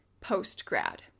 post-grad